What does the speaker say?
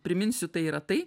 priminsiu tai yra tai